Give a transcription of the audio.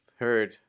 heard